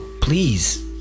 Please